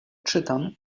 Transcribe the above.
czytam